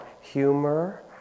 humor